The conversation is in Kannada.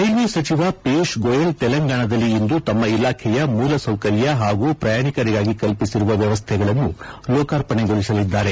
ರೈಲ್ವೆ ಸಚಿವ ಪಿಯೂಕ್ ಗೋಯಲ್ ತೆಲಂಗಾಣದಲ್ಲಿ ಇಂದು ತಮ್ಮ ಇಲಾಖೆಯ ಮೂಲಸೌಕರ್ಯ ಪಾಗೂ ಪ್ರಯಾಣಿಕರಿಗಾಗಿ ಕಲ್ಪಿಸಿರುವ ವ್ಕವಸ್ಥೆಗಳನ್ನು ಲೋಕಾರ್ಪಣೆಗೊಳಿಸಲಿದ್ದಾರೆ